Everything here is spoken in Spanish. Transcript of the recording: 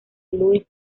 louis